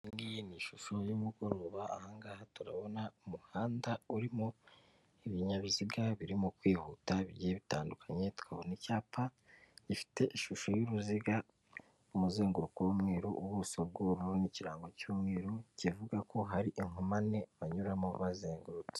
Ni ishusho y'umugoroba aha ngaha turahabona umuhanda urimo ibinyabiziga birimo kwihuta bigiye bitandukanye, tukahabona icyapa gifite ishusho y'uruziga, umuzenguruko w'umweru ubuso bw'ururu n'ikirango cy'umweru kivuga ko hari inkomane banyuramo bazengurutse.